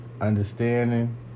Understanding